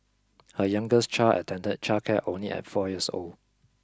her youngest child attended childcare only at four years old